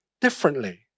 differently